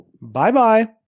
Bye-bye